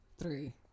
three